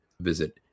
visit